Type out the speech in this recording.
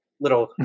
little